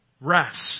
rest